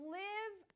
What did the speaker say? live